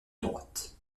droite